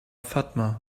fatima